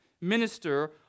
minister